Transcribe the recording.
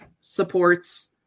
supports